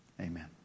Amen